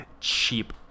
cheap